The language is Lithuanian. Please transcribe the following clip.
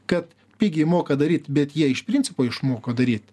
kad pigiai moka daryt bet jie iš principo išmoko daryt